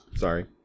Sorry